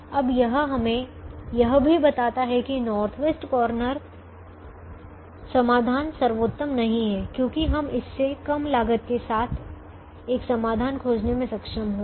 अब यह हमें यह भी बताता है कि नार्थ वेस्ट कॉर्नर समाधान सर्वोत्तम नहीं है क्योंकि हम इससे कम लागत के साथ एक समाधान खोजने में सक्षम हुए